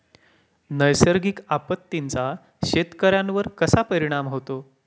नैसर्गिक आपत्तींचा शेतकऱ्यांवर कसा परिणाम होतो?